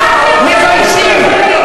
הדברים שלך מביישים.